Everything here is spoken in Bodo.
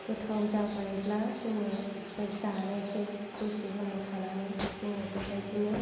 गोथाव जाबायब्ला जोङो जानोसै दसे उनाव थानानै जोङो बेबायदिनो